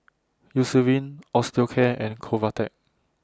Eucerin Osteocare and Convatec